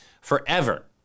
forever